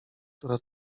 która